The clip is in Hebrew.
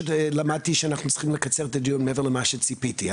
למדתי שאנחנו צריכים לקצר את הדיון מעבר למה שציפיתי.